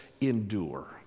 endure